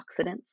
antioxidants